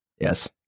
Yes